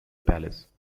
palace